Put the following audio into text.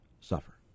suffer